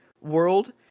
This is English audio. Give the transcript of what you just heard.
world